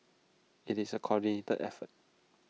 IT is A coordinated effort